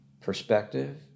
perspective